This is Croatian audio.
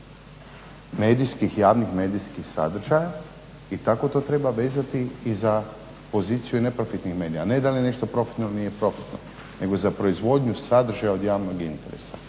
proizvodnje javnih medijskih sadržaja i tako to treba vezati i za poziciju neprofitnih medija, a ne dal je nešto profitno ili nije profitno nego za proizvodnju sadržaja od javnog interesa